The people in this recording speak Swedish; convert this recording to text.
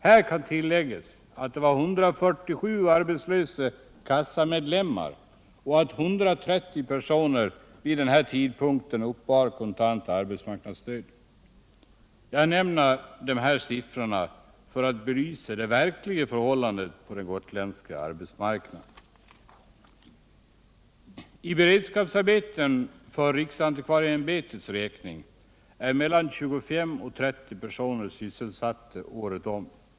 Här kan tilläggas att det var 147 arbetslösa kassamedlemmar och att 130 personer vid denna tidpunkt uppbar kontant arbetsmarknadsstöd. Jag nämner dessa siffror för att belysa det verkliga förhållandet på den gotländska arbetsmarknaden. För riksantikvarieämbetets räkning är mellan 25 och 30 personer sysselsatta i beredskapsarbeten året om.